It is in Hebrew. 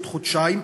עוד חודשיים,